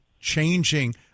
changing